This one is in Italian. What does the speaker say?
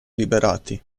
liberati